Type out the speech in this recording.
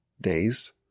days